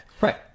Right